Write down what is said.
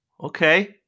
Okay